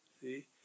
See